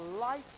light